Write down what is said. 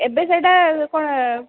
ଏବେ ସେଟା କ'ଣ